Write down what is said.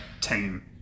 team